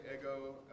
ego